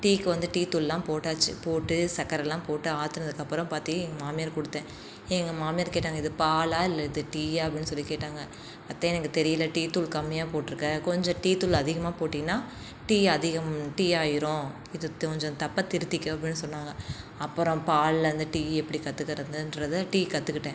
டீக்கு வந்து டீத்தூள்லாம் போட்டாச்சு போட்டு சக்கரைலாம் போட்டு ஆற்றினதுக்கு அப்புறம் பாத்து எங்கள் மாமியாருக்கு கொடுத்தேன் எங்கள் மாமியார் கேட்டாங்க இது பாலா இல்லை இது டீயா அப்படினு சொல்லிக் கேட்டாங்க அத்தை எனக்கு தெரியல டீத்தூள் கம்மியாக போட்டிருக்க கொஞ்சம் டீத்தூள் அதிகமாக போட்டின்னால் டீ அதிகம் டீ ஆயிடும் இது கொஞ்சம் தப்பை திருத்திக்கோ அப்படினு சொன்னாங்க அப்புறம் பால்லேருந்து டீ எப்படி கற்றுக்கறதுன்றத டீ கற்றுக்கிட்டேன்